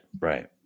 Right